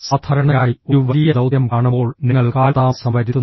സാധാരണയായി ഒരു വലിയ ദൌത്യം കാണുമ്പോൾ നിങ്ങൾ കാലതാമസം വരുത്തുന്നു